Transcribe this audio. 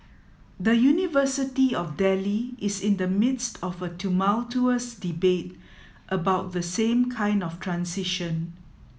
the University of Delhi is in the midst of a tumultuous debate about the same kind of transition